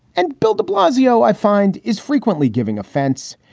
and bill de blasio, i find, is frequently giving offense.